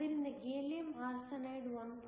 ಆದ್ದರಿಂದ gallium arsenide 1